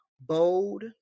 bold